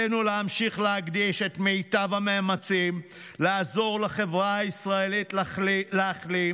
עלינו להמשיך להקדיש את מיטב המאמצים לעזור לחברה הישראלית להחלים,